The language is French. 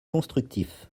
constructif